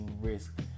risk